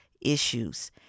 issues